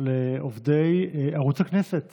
לעובדי ערוץ הכנסת